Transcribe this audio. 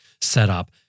setup